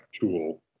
tool